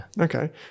okay